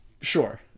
Sure